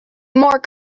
more